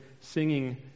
singing